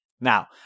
Now